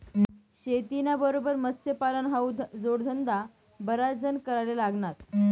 शेतीना बरोबर मत्स्यपालन हावू जोडधंदा बराच जण कराले लागनात